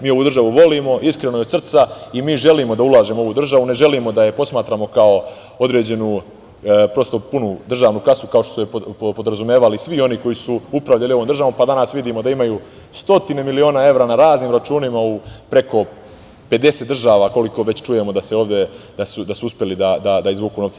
Mi ovu državu volimo iskreno i od srca i želimo da ulažemo u ovu državu, ne želimo da je posmatramo kao određenu punu državnu kasu, kao što su je podrazumevali svi oni koji su upravljali ovom državom pa danas vidimo da imamo stotine miliona evra na raznim računima u preko 50 država, koliko čujemo ovde da su uspeli da izvuku novca.